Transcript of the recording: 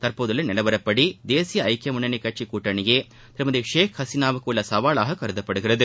தற்போதுள்ள நிலவரப்படி தேசிய ஐக்கிய முன்னணி கட்சிக் கூட்டணியே திருமதி ஷேக் ஹசீனாவுக்கு உள்ள சவாலாக கருதப்படுகிறது